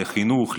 לחינוך,